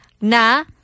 Na